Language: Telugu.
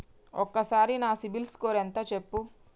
ఒక్కసారి నా సిబిల్ స్కోర్ ఎంత చెప్పు?